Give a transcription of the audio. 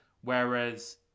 whereas